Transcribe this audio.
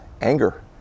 anger